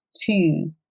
two